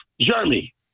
Germany